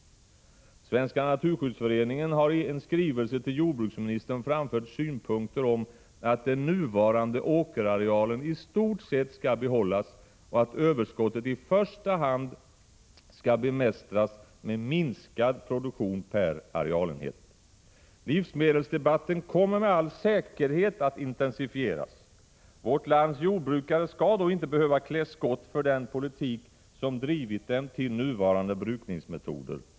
Svenska naturskyddsföreningen har i en skrivelse till jordbruksministern framfört synpunkter som innebär att den nuvarande åkerarealen i stort sett skall behållas och att överskottet i första hand skall bemästras med minskad produktion per arealenhet. Livsmedelsdebatten kommer med all säkerhet att intensifieras. Vårt lands jordbrukare skall då inte behöva klä skott för den politik som drivit dem till nuvarande brukningsmetoder.